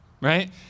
right